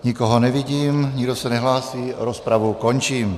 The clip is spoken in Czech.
Nikoho nevidím, nikdo se nehlásí, rozpravu končím.